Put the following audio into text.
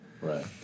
Right